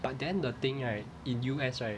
but then the thing right in U_S right